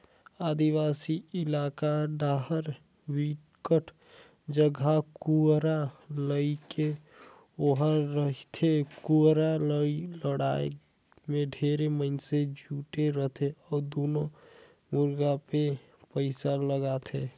आदिवासी इलाका डाहर बिकट जघा कुकरा लड़ई होवत रहिथे, कुकरा लड़ाई में ढेरे मइनसे जुटे रथे अउ दूनों मुरगा मे पइसा लगाथे